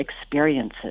experiences